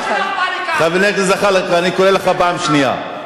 הרבה לפני שאבא שלך בא לכאן.